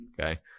Okay